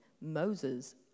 Moses